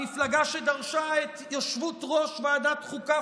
המפלגה שדרשה את ראשות ועדת החוקה,